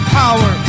power